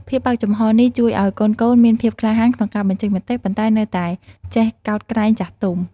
ភាពបើកចំហរនេះជួយឲ្យកូនៗមានភាពក្លាហានក្នុងការបញ្ចេញមតិ ប៉ុន្តែនៅតែចេះកោតក្រែងចាស់ទុំ។